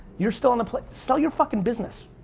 you're still on the playing, sell your fuckin' business.